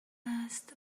است